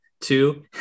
Two